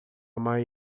mãe